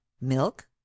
milk